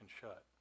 shut